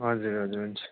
हजुर हजुर हुन्छ